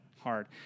hard